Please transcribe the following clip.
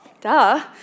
duh